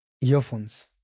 earphones